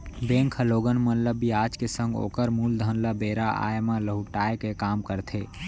bank ह लोगन मन ल बियाज के संग ओकर मूलधन ल बेरा आय म लहुटाय के काम करथे